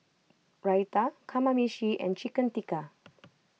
Raita Kamameshi and Chicken Tikka